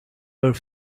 were